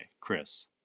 Chris